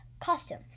costume